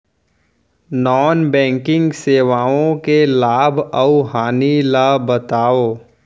non banking सेवाओं के लाभ अऊ हानि ला बतावव